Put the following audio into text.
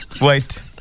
Wait